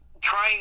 trying